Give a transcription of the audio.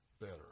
better